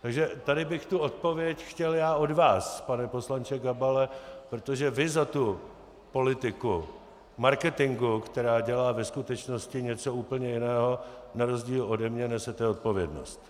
Takže tady bych tu odpověď chtěl já od vás, pane poslanče Gabale, protože vy za tu politiku marketingovou, která dělá ve skutečnosti něco úplně jiného, na rozdíl ode mne nesete odpovědnost.